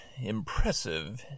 impressive